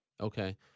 Okay